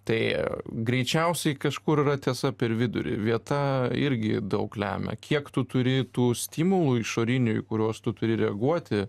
tai greičiausiai kažkur yra tiesa per vidurį vieta irgi daug lemia kiek tu turi tų stimulų išorinių į kuriuos tu turi reaguoti